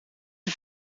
een